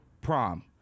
prom